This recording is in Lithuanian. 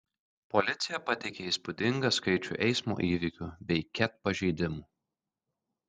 policija pateikė įspūdingą skaičių eismo įvykių bei ket pažeidimų